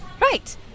Right